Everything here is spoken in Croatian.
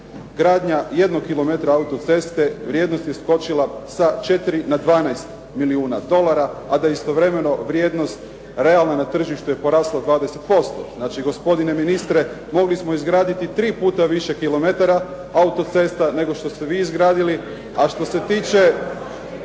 gradnja jednog kilometra autoceste vrijednost je skočila sa 4 na 12 milijuna dolara, a da istovremeno vrijednost realna na tržištu je porasla 20%. Znači gospodine ministre, mogli smo izgraditi tri puta više kilometara autocesta nego što ste vi izgradili. A što se tiče.